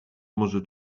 może